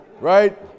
right